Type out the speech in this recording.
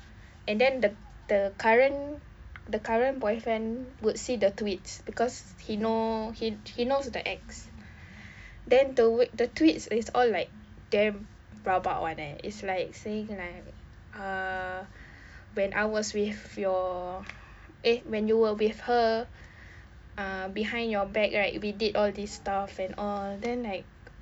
and then the the current the current boyfriend would see the tweets because he know he knows the ex then the the tweets is all like damn rabak [one] eh it's like saying like uh when I was with your eh when you were with her uh behind your back right we did all this stuff and all then like